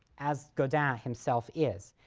as godin himself is.